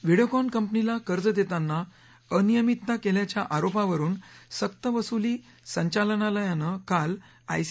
व्हिडियोकॉन कंपनीला कर्ज देताना अनियमितता केल्याच्या आरोपावरून सक्तवसुली संचालनालयानं काल आयसी